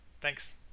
Thanks